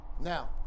Now